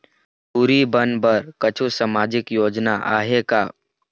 टूरी बन बर कछु सामाजिक योजना आहे का?